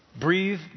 Breathe